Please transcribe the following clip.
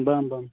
ᱵᱟᱝ ᱵᱟᱝ